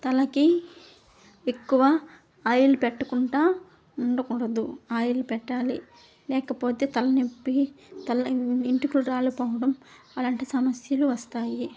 తలకి ఎక్కువ ఆయిల్ పెట్టకుండా ఉండకూడదు ఆయిల్ పెట్టాలి లేకపోతే తల నొప్పి తల వెంట్రుకలు రాాలిపోవడం అలాంటి సమస్యలు వస్తాయి